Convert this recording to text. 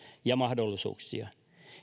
ja mahdollisuuksia